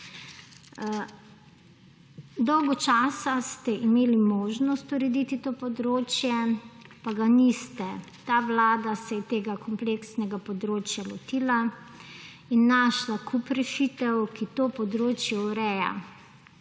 Dolgo časa ste imeli možnost urediti to področje, pa ga niste. Ta vlada se je tega kompleksnega področja lotila in našla kup rešitev, ki to področje ureja,